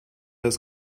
das